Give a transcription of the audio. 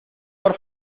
por